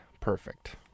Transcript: perfect